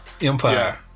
Empire